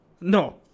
No